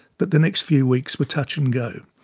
but the next few weeks were touch and go.